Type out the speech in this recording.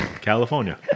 California